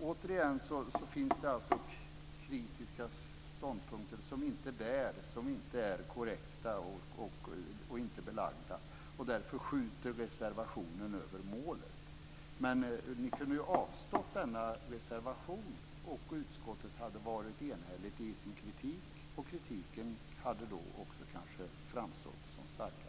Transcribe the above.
Återigen finns det alltså kritiska ståndpunkter som inte bär och som inte är korrekta och belagda. Därför skjuter reservationen över målet. Ni kunde ha avstått denna reservation, och utskottet hade varit enhälligt i sin kritik. Kritiken hade då kanske också framstått som starkare.